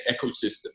ecosystem